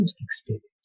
experience